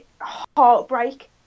heartbreak